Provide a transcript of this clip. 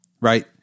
right